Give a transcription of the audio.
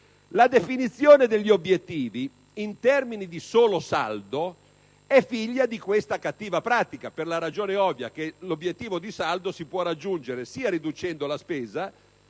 La definizione degli obiettivi in termini di solo saldo è figlia di questa cattiva pratica, per la ragione ovvia che l'obiettivo di saldo si può raggiungere sia riducendo la spesa